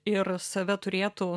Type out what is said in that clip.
ir save turėtų